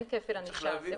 אין כפל ענישה.